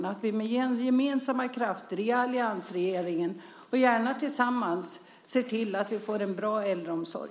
Vi kommer att med gemensamma krafter i alliansregeringen, och gärna tillsammans med övriga, se till att vi får en bra äldreomsorg.